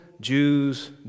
Jews